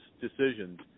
decisions